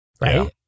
right